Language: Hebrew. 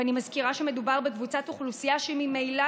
אני מזכירה שמדובר בקבוצת אוכלוסייה שממילא